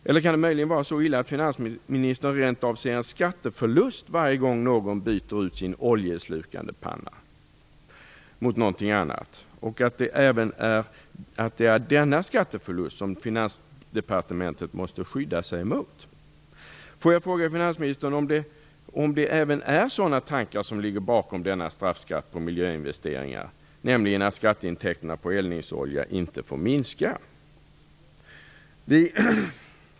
Eller kan det möjligen vara så illa att finansministern rent av ser en skatteförlust varje gång någon byter ut sin oljeslukande panna mot någonting annat och att det är denna skatteförlust som Finansdepartementet måste skydda sig emot? Får jag fråga finansministern om det även är sådana tankar som ligger bakom denna straffskatt på miljöinvesteringar, nämligen att skatteintäkterna på eldningsolja inte får minska.